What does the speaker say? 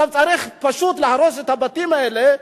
ועכשיו צריך פשוט להרוס את הבתים האלה,